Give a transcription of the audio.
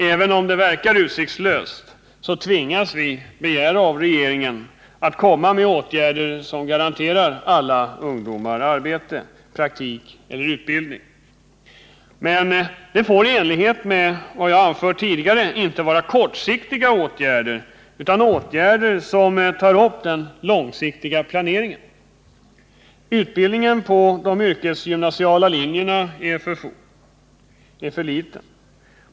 Även om det verkar utsiktslöst tvingas vi begära av regeringen att föreslå åtgärder som garanterar alla ungdomar rätt till arbete, praktik eller utbildning. Men det får i enlighet med vad jag anfört tidigare inte vara kortsiktiga åtgärder, utan det måste vara åtgärder som griper in i den långsiktiga planeringen. Utbildningen på de yrkesgymnasiala linjerna är för liten.